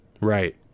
Right